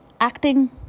acting